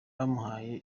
bamuhaye